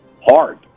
hard